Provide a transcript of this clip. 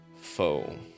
Foe